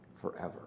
forever